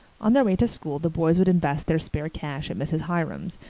on their way to school the boys would invest their spare cash at mrs. hiram's,